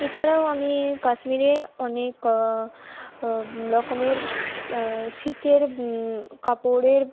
এছাড়াও আমি কাশ্মীরে অনেক রকমের শীতের কাপড়ের